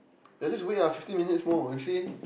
let's just wait ah fifteen minutes more you see